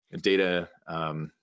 data